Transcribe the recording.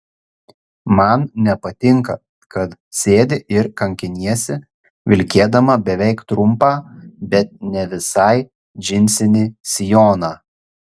man nepatinka kad sėdi ir kankiniesi vilkėdama beveik trumpą bet ne visai džinsinį sijoną